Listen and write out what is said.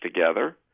together